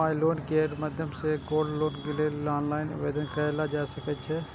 माइ loan care के माध्यम सं गोल्ड लोन के लेल ऑनलाइन आवेदन कैल जा सकै छै